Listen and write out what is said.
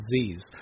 Disease